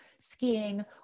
skiing